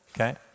okay